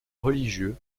religieux